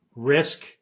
Risk